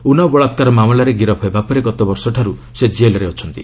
ଉନ୍ନାଓ ବଳାକ୍କାର ମାମଲାରେ ଗିରଫ ହେବା ପରେ ଗତବର୍ଷଠାରୁ ସେ ଜେଲ୍ରେ ଅଛନ୍ତି